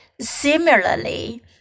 similarly